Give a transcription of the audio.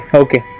okay